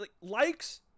likes